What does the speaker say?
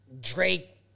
Drake